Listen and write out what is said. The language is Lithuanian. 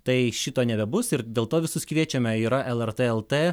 tai šito nebebus ir dėl to visus kviečiame yra lrt et tė